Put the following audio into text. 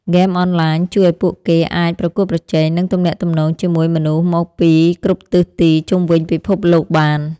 ហ្គេមអនឡាញជួយឱ្យពួកគេអាចប្រកួតប្រជែងនិងទំនាក់ទំនងជាមួយមនុស្សមកពីគ្រប់ទិសទីជុំវិញពិភពលោកបាន។